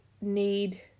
need